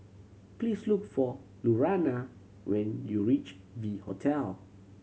please look for Lurana when you reach V Hotel